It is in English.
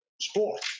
sport